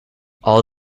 all